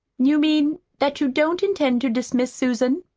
you mean that you don't intend to dismiss susan?